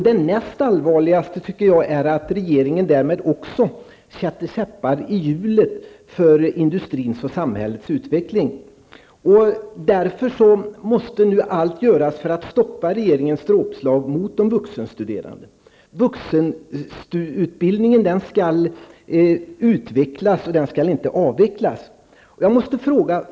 Det näst allvarligaste tycker jag är att regeringen därmed också sätter käppar i hjulen för industrins och samhällets utveckling. Därför måste nu allt göras för att stoppa regeringens dråpslag mot de vuxenstuderande. Vuxenutbildningen skall utvecklas och inte avvecklas. Jag måste ställa en fråga.